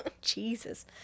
jesus